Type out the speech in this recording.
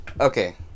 Okay